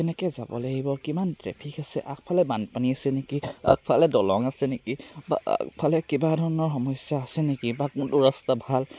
কেনেকে যাব লাগিব কিমান ট্ৰেফিক আছে আগফালে বানপানী আছে নেকি আগফালে দলং আছে নেকি বা আগফালে কিবা ধৰণৰ সমস্যা আছে নেকি বা কোনটো ৰাস্তা ভাল